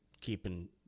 keeping